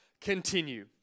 continue